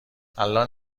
الان